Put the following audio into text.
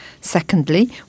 Secondly